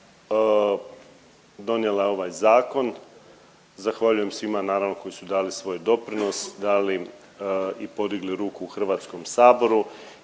donijela je ovaj zakon, zahvaljujem svima naravno koji su dali svoj doprinos, dali i podigli ruku u HS i mi smo